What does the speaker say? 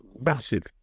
Massive